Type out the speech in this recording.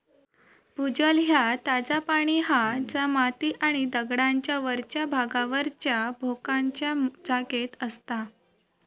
भूजल ह्या ताजा पाणी हा जा माती आणि दगडांच्या वरच्या भागावरच्या भोकांच्या जागेत असता